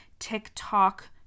TikTok